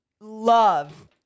love